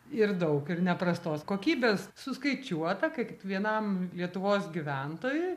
ir daug ir ne prastos kokybės suskaičiuota kad vienam lietuvos gyventojui